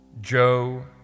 Joe